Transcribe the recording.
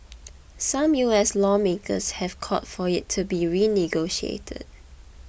some U S lawmakers have called for it to be renegotiated